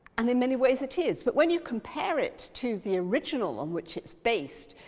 and in many ways it is, but when you compare it to the original on which it's based,